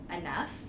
enough